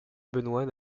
benoist